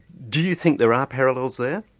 do you think there are parallels there?